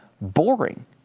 boring